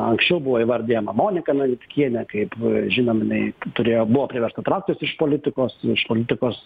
anksčiau buvo įvardijama monika navickienė kaip žinom jinai turėjo buvo priversta trauktis iš politikos iš politikos